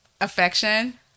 Affection